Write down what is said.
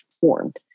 formed